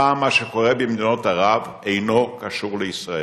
הפעם, מה שקורה במדינות ערב אינו קשור לישראל.